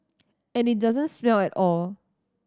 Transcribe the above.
and it doesn't smell at all